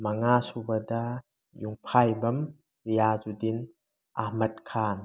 ꯃꯉꯥꯁꯨꯕꯗ ꯌꯨꯝꯈꯥꯏꯕꯝ ꯔꯤꯌꯥꯖꯨꯗꯤꯟ ꯑꯥꯍꯃꯗ ꯈꯥꯟ